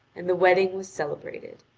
and the wedding was celebrated.